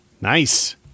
Nice